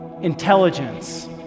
Intelligence